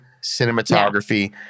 cinematography